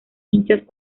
hinchas